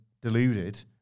deluded